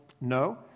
No